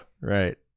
Right